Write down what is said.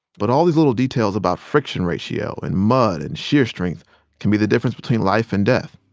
but all these little details about friction ratio and mud and sheer strength can be the difference between life and death.